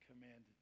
commanded